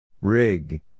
Rig